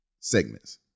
Segments